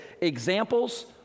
examples